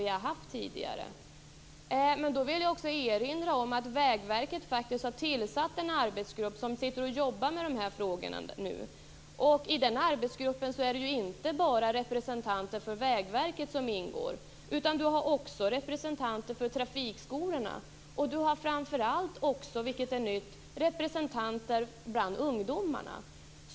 Men jag vill erinra om att Vägverket har tillsatt en arbetsgrupp som nu jobbar med de här frågorna. I den arbetsgruppen ingår det ju inte bara representanter för Vägverket. Det finns också representanter för trafikskolorna och framför allt - vilket är någonting nytt - representanter för ungdomarna.